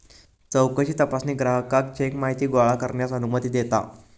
चौकशी तपासणी ग्राहकाक चेक माहिती गोळा करण्यास अनुमती देता